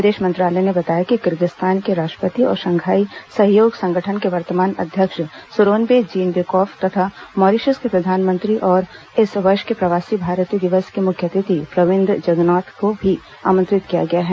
विदेश मंत्रालय ने बताया कि किर्गिस्तान के राष्ट्रपति और शंघाई सहयोग संगठन के वर्तमान अध्यक्ष सूरोनबे जीनबेकोफ तथा मॉरीशस के प्रधानमंत्री और इस वर्ष के प्रवासी भारतीय दिवस के मुख्य अतिथि प्रविन्द जगनॉथ को भी आमंत्रित किया गया है